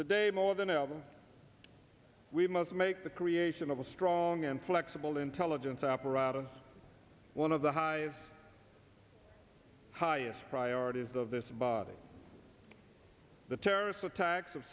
today more than ever we must make the creation of a strong and flexible intelligence apparatus one of the hive highest priorities of this body the terrorist attacks of